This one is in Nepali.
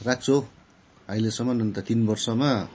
राख्छु हौ अहिलेसम्म अन्त तिन वर्षमा